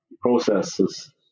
processes